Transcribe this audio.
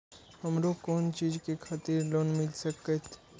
हमरो कोन चीज के खातिर लोन मिल संकेत?